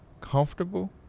comfortable